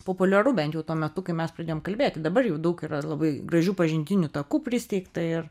populiaru bent jau tuo metu kai mes pradėjom kalbėti dabar jau daug yra labai gražių pažintinių takų pristeigta ir